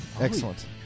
Excellent